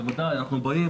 אנחנו באים,